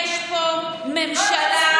די עם הצביעות.